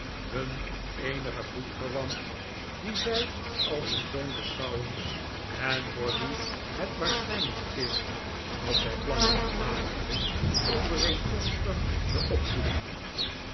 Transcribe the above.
hun eenige bloedverwant dien zij als hun zoon beschouwen en voor wien het waarschijnlijk is dat zij plannen gemaakt hebben overeenkomstig de opvoeding